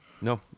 no